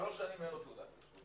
שלוש שנים אין לו תעודת כשרות.